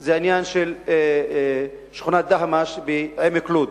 זה העניין של שכונת דהמש בעמק לוד.